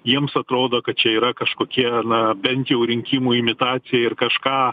jiems atrodo kad čia yra kažkokie na bent jau rinkimų imitacija ir kažką